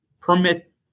permit